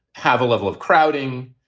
have a level of crowding.